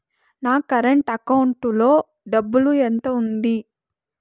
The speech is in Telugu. నా కరెంట్ అకౌంటు లో డబ్బులు ఎంత ఉంది?